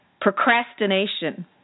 procrastination